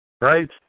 right